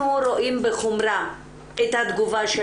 אנחנו רואים בחומרה את התגובה של